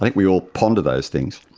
like we'll we'll ponder those things.